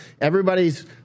everybody's